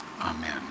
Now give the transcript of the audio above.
amen